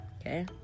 okay